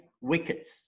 wickets